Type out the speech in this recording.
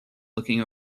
looking